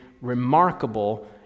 remarkable